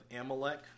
Amalek